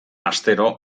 astero